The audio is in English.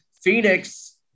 Phoenix